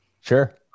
Sure